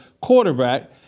quarterback